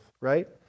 right